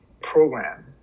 program